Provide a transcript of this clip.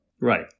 Right